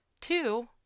Two